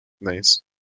Nice